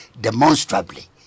demonstrably